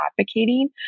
advocating